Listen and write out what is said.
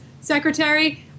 secretary